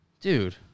Dude